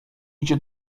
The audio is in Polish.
idzie